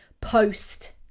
post